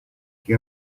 che